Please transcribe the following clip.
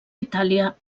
itàlia